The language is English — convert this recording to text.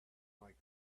like